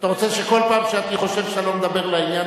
אתה רוצה שכל פעם שאני חושב שאתה לא מדבר לעניין,